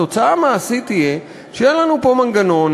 התוצאה המעשית תהיה שיהיה לנו פה מנגנון